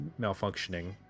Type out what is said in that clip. malfunctioning